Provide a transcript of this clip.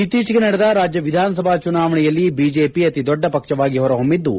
ಇತ್ತೀಚೆಗೆ ನಡೆದ ರಾಜ್ಯ ವಿಧಾನಸಭಾ ಚುನಾವಣೆಯಲ್ಲಿ ಬಿಜೆಪಿ ಅತಿ ದೊಡ್ಡ ಪಕ್ಷವಾಗಿ ಹೊರ ಹೊಮ್ಮಿದ್ದು